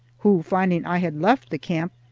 who, finding i had left the camp,